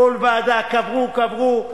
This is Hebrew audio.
כל ועדה קברו, קברו.